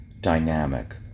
dynamic